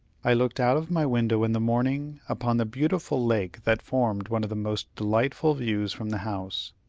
i looked out of my window in the morning, upon the beautiful lake that formed one of the most delightful views from the house.